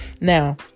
now